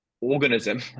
organism